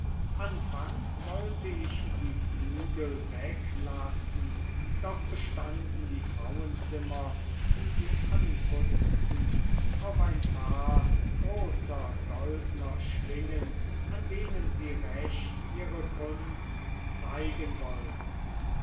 anfangs wollte ich die flügel weglassen doch bestanden die frauenzimmer die sie anputzten auf ein paar großer goldner schwingen an denen sie recht ihre kunst zeigen wollten